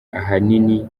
ahanini